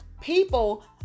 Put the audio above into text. people